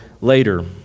later